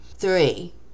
Three